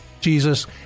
jesus